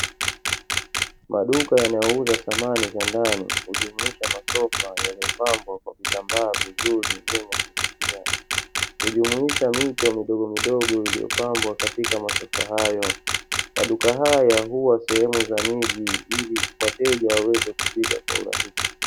Maduka yanayouza samani za ndani, hujumuisha masofa yaliyopambwa kwa vitambaa vizuri vyenye kuvutia. Hujumuisha mito midogo midogo iliyopambwa katika masofa hayo. Maduka haya huwa sehemu za miji, ili wateja waweze kufika kwa urahisi.